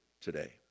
today